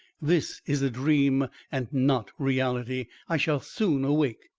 this is a dream and not reality. i shall soon wake.